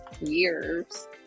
years